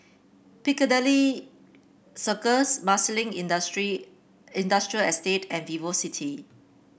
Piccadilly Circus Marsiling Industry Industrial Estate and VivoCity